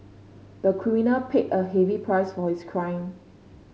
the criminal paid a heavy price for his crime